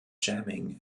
jamming